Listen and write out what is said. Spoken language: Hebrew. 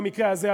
ובמקרה הזה,